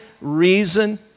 reason